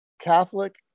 Catholic